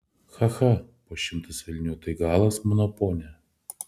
cha cha po šimtas velnių tai galas mano pone